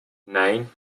nine